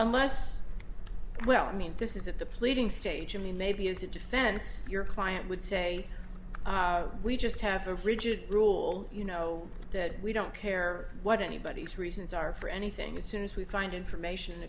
unless well i mean this is at the pleading stage i mean maybe as a defense your client would say we just have a rigid rule you know that we don't care what anybody's reasons are for anything as soon as we find information